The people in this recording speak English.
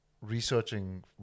researching